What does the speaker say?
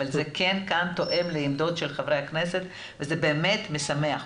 אבל זה כן כאן תואם לעמדות של חברי הכנסת וזה באמת משמח אותי.